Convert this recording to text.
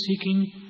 seeking